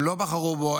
הם לא בחרו בו?